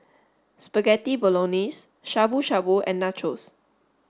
Spaghetti Bolognese Shabu Shabu and Nachos